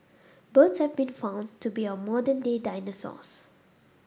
birds have been found to be our modern day dinosaurs